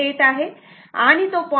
8 आहे आणि तो 0